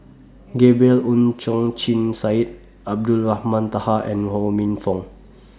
Gabriel Oon Chong Jin Syed Abdulrahman Taha and Ho Minfong